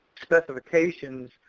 specifications